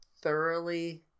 thoroughly